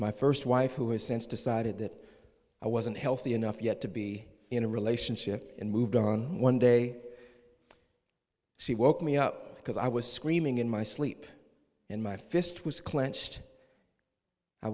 my first wife who has since decided that i wasn't healthy enough yet to be in a relationship and moved on one day she woke me up because i was screaming in my sleep and my fist was clenched i